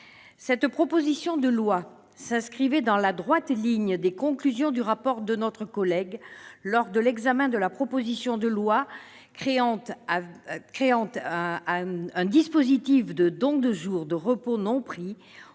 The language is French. Cette proposition de loi s'inscrivait dans la droite ligne des conclusions du rapport de notre collègue lors de l'examen de la proposition de loi créant un dispositif de don de jours de repos non pris